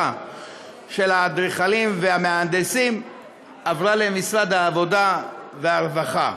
של האדריכלים והמהנדסים עברה למשרד העבודה והרווחה.